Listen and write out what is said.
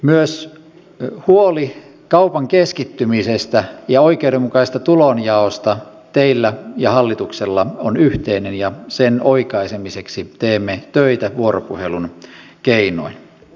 myös huoli kaupan keskittymisestä ja oikeudenmukaisesta tulonjaosta teillä ja hallituksella on yhteinen ja sen oikaisemiseksi teemme töitä vuoropuhelun keinoin